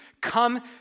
come